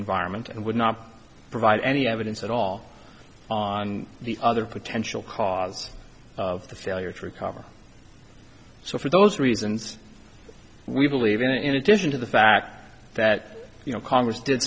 environment and would not provide any evidence at all on the other potential cause of the failure to recover so for those reasons we believe it in addition to the fact that you know congress did